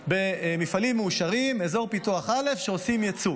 במפעלים מאושרים, אזור פיתוח א' שעושים יצוא.